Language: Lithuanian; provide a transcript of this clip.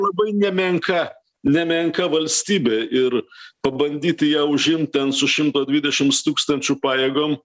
labai nemenka nemenka valstybė ir pabandyti ją užimt ten su šimto dvidešims tūkstančių pajėgom